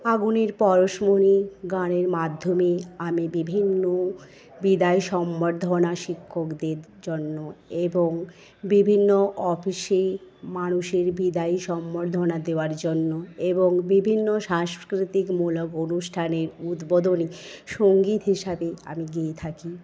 আগুনের পরশমনি গানের মাধ্যমে আমি বিভিন্ন বিদায় সম্বর্ধনা শিক্ষকদের জন্য এবং বিভিন্ন অফিসে মানুষের বিদায় সম্বর্ধনা দেওয়ার জন্য এবং বিভিন্ন সাংস্কৃতিকমূলক অনুষ্ঠানের উদ্বোধনে সংগীত হিসবে আমি গেয়ে থাকি